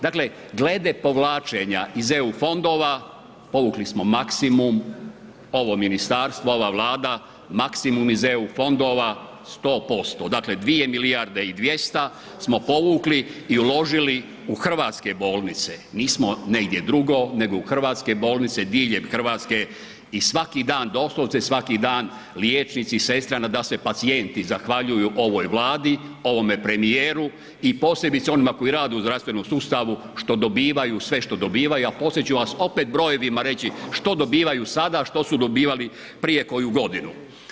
Dakle, glede povlačenja iz eu fondova, povukli smo maksimum, ovo ministarstvo, ova Vlada maksimum iz eu fondova 100%, dakle 2 milijarde i 200 smo povukli i uložili u hrvatske bolnice, nismo negdje drugdje nego u hrvatske bolnice i doslovce svaki dan liječnici i sestra nadasve pacijenti zahvaljuju ovoj Vladi, ovome premijeru i posebice onima koji rade u zdravstvenom sustavu sve što dobivaju, a poslije ću opet brojevima reći što dobivaju sada, a što su dobivali prije koju godinu.